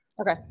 Okay